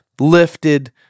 lifted